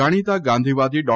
જાણીતા ગાંધીવાદી ડા